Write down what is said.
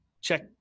check